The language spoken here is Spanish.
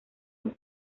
los